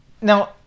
Now